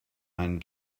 einen